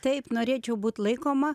taip norėčiau būt laikoma